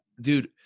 dude